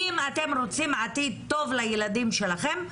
אם אתם רוצים עתיד טוב לילדים שלכם,